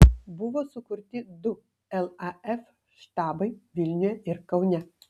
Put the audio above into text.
buvo sukurti du laf štabai vilniuje ir kaune